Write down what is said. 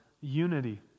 unity